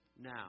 now